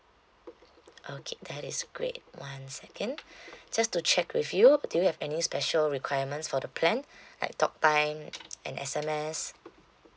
okay that is great one second just to check with you do you have any special requirements for the plan like talk time and S_M_S